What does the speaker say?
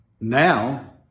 Now